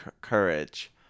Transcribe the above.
courage